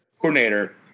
Coordinator